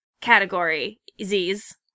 category-z's